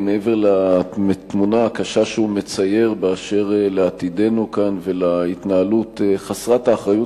מעבר לתמונה הקשה שהוא מצייר באשר לעתידנו כאן ולהתנהלות חסרת האחריות,